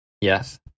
yes